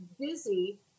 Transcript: busy